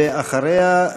ואחריה,